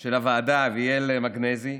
של הוועדה אביאל מגנזי,